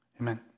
amen